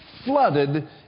flooded